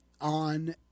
on